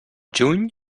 juny